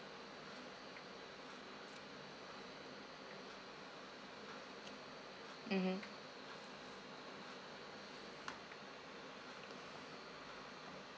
mmhmm